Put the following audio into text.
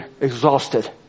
exhausted